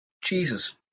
Jesus